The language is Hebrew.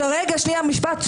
שנייה, משפט.